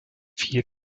vier